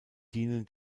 dienen